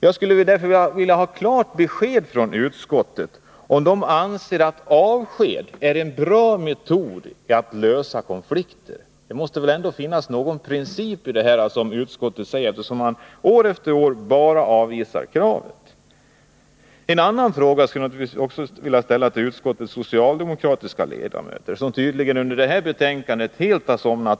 Jag skulle därför vilja ha klart besked från utskottet, om det anser att avsked är en bra metod för att lösa konflikter. Det måste väl ändå finnas någon princip som utskottet handlar efter då det år efter år bara avvisar vårt krav på att deltagande i strejk inte skall få utgöra saklig grund för avskedande. Jag vill även ställa en fråga till utskottets socialdemokratiska ledamöter, som vid behandlingen av detta ärende tydligen helt somnat in.